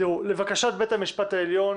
לבקשת בית המשפט העליון